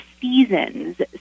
seasons